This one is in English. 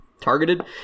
Targeted